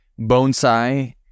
bonsai